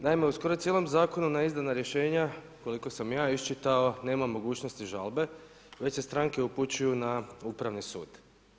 Naime, u skoro cijelom zakonu na izdana rješenja, koliko sam ja iščitao, nema mogućnosti žalbe, već se stranke upućuju na Upravni sud.